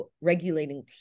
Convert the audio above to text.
regulating